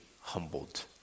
humbled